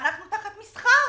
תחת מסחר,